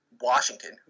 Washington